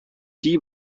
die